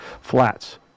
flats